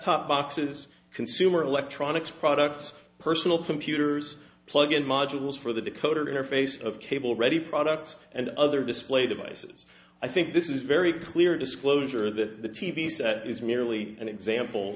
top boxes consumer electronics products personal computers plug in modules for the decoder interface of cable ready products and other display devices i think this is very clear disclosure the t v set is merely an example